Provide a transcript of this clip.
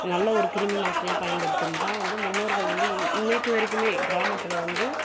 நல்ல ஒரு கிருமி நாசினியாக பயன்படுத்தினது தான் வந்து முன்னோர்கள் வந்து இன்றைக்கு வரைக்குமே கிராமத்தில் வந்து